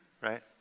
Right